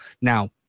Now